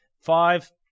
Five